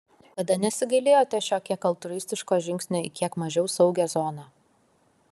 niekada nesigailėjote šio kiek altruistiško žingsnio į kiek mažiau saugią zoną